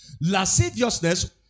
Lasciviousness